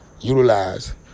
utilize